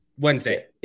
Wednesday